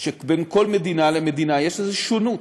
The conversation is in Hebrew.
שבין כל מדינה למדינה יש איזו שונות.